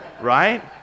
Right